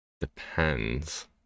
depends